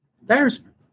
Embarrassment